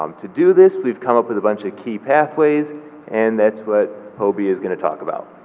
um to do this, we've come up with a bunch of key pathways and that's what hobie is going to talk about.